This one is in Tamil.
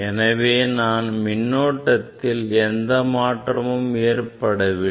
எனவேதான் மின்னோட்டத்தில் எந்த மாற்றமும் ஏற்படவில்லை